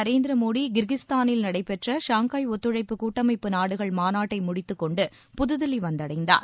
நரேந்திர மோடி கிர்கிஸ்தானில் நடைபெற்ற ஷாங்காய் ஒத்துழைப்பு கூட்டமைப்பு நாடுகள் மாநாட்டை முடித்துக் கொண்டு புதுதில்லி வந்தடைந்தார்